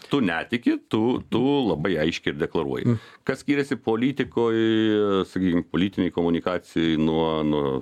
tu netiki tu tu labai aiškiai ir deklaruoji kas skiriasi politikoj sakykim politinėje komunikacijoj nuo nuo